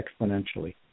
exponentially